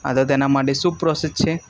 હા તો તેના માટે શું પ્રોસેસ છે